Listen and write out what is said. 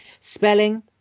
spelling